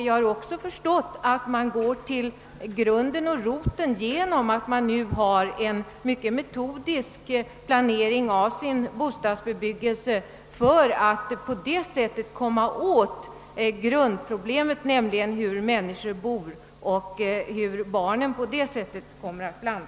Jag har också förstått att man går till grunden genom att nu mycket metodiskt planera bostadsbebyggelsen. Man vill på det sättet komma åt grundorsaken, nämligen hur människor bor och hur barnen därigenom skiktas upp.